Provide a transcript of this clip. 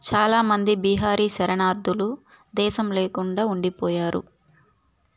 చాలా మంది బీహారీ శరణార్థులు దేశం లేకుండా ఉండిపోయారు